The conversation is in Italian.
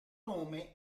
nome